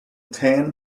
tan